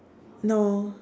no